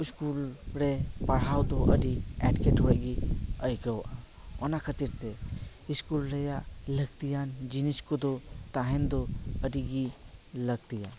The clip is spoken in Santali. ᱤᱥᱠᱩᱞ ᱨᱮ ᱯᱟᱲᱦᱟᱣ ᱫᱚ ᱟᱹᱰᱤ ᱮᱴᱠᱮᱴᱚᱬᱮ ᱜᱮ ᱟᱹᱭᱠᱟᱣᱟ ᱚᱱᱟ ᱠᱷᱟᱹᱛᱤᱨ ᱛᱮ ᱤᱥᱠᱩᱞ ᱨᱮᱭᱟᱜ ᱞᱟᱹᱠᱛᱤᱭᱟᱱ ᱡᱤᱱᱤᱥ ᱠᱚᱫᱚ ᱛᱟᱦᱮᱱ ᱫᱚ ᱟᱹᱰᱤ ᱜᱮ ᱞᱟᱹᱠᱛᱤᱭᱟ